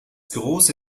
große